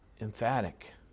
emphatic